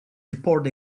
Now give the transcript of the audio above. report